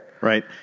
Right